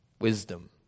Wisdom